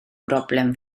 broblem